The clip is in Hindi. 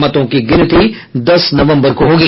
मतों की गिनती दस नवम्बर को होगी